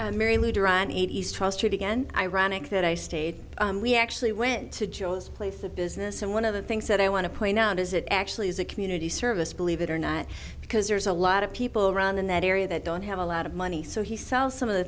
night mary lou duran east frustrating and ironic that i stayed we actually went to joe's place of business and one of the things that i want to point out is it actually is a community service believe it or not because there's a lot of people around in that area that don't have a lot of money so he sells some of the